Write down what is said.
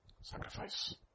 Sacrifice